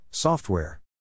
Software